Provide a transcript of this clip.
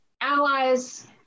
allies